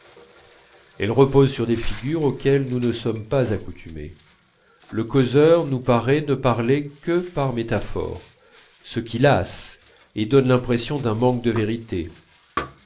elle repose sur des figures auxquelles nous ne sommes pas accoutumés le causeur nous paraît ne parler que par métaphores ce qui lasse et donne l'impression d'un manque de vérité